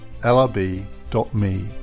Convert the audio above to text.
lrb.me